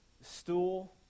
stool